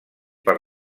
per